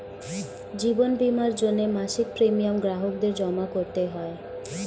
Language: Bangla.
জীবন বীমার জন্যে মাসিক প্রিমিয়াম গ্রাহকদের জমা করতে হয়